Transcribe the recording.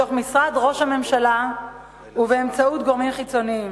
בתוך משרד ראש הממשלה ובאמצעות גורמים חיצוניים.